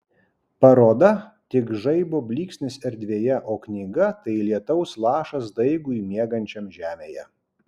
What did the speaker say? paroda tik žaibo blyksnis erdvėje o knyga tai lietaus lašas daigui miegančiam žemėje